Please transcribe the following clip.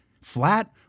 flat